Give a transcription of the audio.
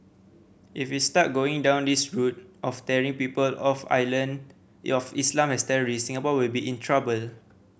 if we start going down this route of tarring people of island Islam as terrorists Singapore will be in trouble